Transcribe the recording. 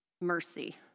mercy